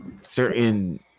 certain